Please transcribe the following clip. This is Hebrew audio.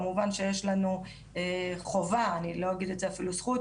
כמובן שיש לנו חובה, אני לא אגיד אפילו זכות,